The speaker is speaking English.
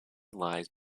lies